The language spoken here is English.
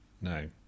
No